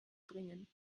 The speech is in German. bringen